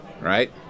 right